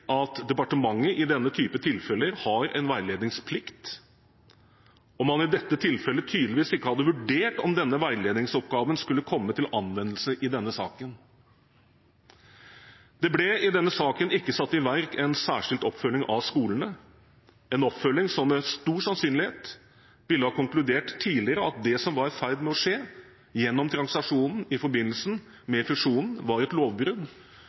at departementet i denne type tilfeller har en veiledningsplikt, og at man i dette tilfellet tydeligvis ikke hadde vurdert om denne veiledningsoppgaven skulle komme til anvendelse i denne saken. Det ble i denne saken ikke satt i verk en særskilt oppfølging av skolene, en oppfølging som med stor sannsynlighet ville ha konkludert tidligere med at det som var i ferd med å skje gjennom transaksjonen i forbindelse med fusjonen, var et lovbrudd